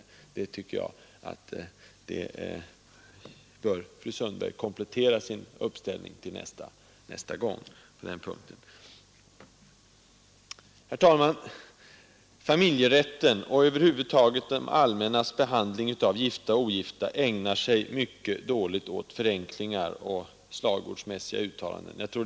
Till nästa gång tycker jag att fru Sundberg skall komplettera sin uppställning på den punkten. Herr talman! Familjerätten och det allmännas behandling av gifta och ogifta över huvud taget är mycket dåligt ägnade för förenklingar och slagordsmässiga uttalanden.